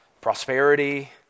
prosperity